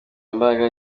imbaraga